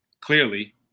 clearly